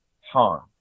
harm